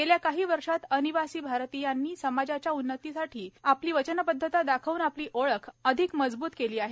गेल्या काही वर्षांत अनिवासी भारतीयांनी समाजाच्या उन्नतीसाठी आपली वचनबद्धता दाखवून आपली ओळख अधिक मजबूत केली आहे